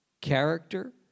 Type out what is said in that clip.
Character